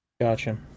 Gotcha